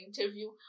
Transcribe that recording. interview